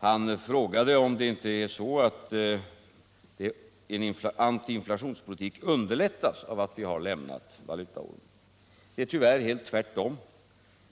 Han frågade om det inte är så att en antiinflationspolitik underlättas av att vi har lämnat valutaormen. Det är tyvärr tvärtom.